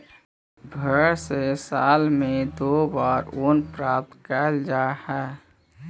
भेंड से साल में दो बार ऊन प्राप्त कैल जा हइ